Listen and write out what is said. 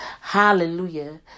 Hallelujah